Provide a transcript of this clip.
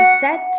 Set